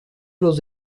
los